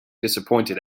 disappointed